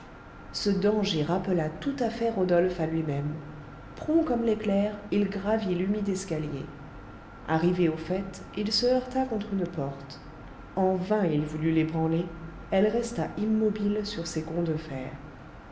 ce danger rappela tout à fait rodolphe à lui-même prompt comme l'éclair il gravit l'humide escalier arrivé au faîte il se heurta contre une porte en vain il voulut l'ébranler elle resta immobile sur ses gonds de fer